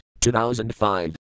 2005